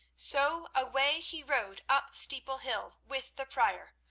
so away he rode up steeple hill with the prior,